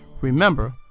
Remember